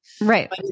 Right